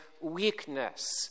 weakness